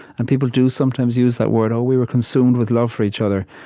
and people do sometimes used that word, oh, we were consumed with love for each other.